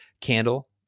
Candle